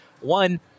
one